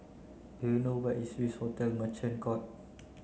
do you know where is Swissotel Merchant Court